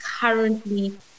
currently